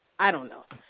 i don't know.